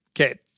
Okay